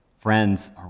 friends